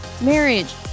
marriage